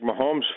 mahomes